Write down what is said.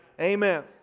Amen